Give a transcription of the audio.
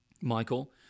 Michael